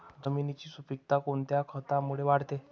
जमिनीची सुपिकता कोणत्या खतामुळे वाढते?